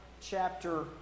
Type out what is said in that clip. chapter